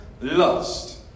lust